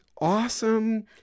awesome